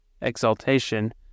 exaltation